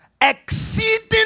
exceeding